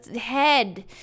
head